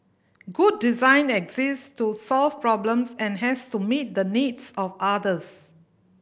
good design exists to solve problems and has to meet the needs of others